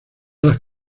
las